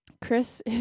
Chris